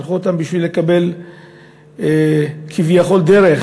שלחו אותם בשביל לקבל כביכול דרך,